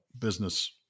business